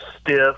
stiff